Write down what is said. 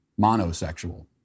Monosexual